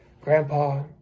grandpa